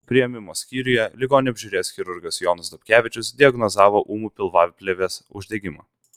priėmimo skyriuje ligonį apžiūrėjęs chirurgas jonas dobkevičius diagnozavo ūmų pilvaplėvės uždegimą